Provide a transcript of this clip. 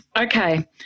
Okay